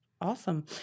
awesome